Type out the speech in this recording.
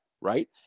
right